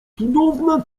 cudowna